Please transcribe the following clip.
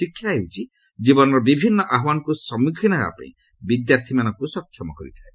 ଶିକ୍ଷା ହେଉଛି ଜୀବନର ବିଭିନ୍ନ ଆହ୍ୱାନକୁ ସମ୍ମୁଖୀନ ହେବାପାଇଁ ବିଦ୍ୟାର୍ଥୀମାନଙ୍କୁ ସକ୍ଷମ କରିଥାଏ